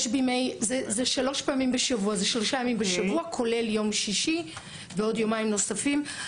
זה שלושה ימים בשבוע כולל יום שישי ועוד יומיים נוספים.